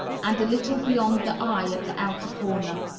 and a little beyond the eye at the outer corner.